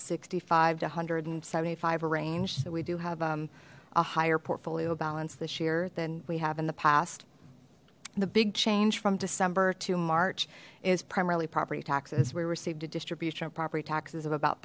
sixty five two hundred and seventy five range so we do have a higher portfolio balance this year than we have in the past the big change from december to march is primarily property taxes we received a distribution of property taxes of about